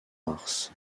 mars